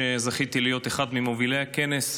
וזכיתי להיות אחד ממובילי הכנס.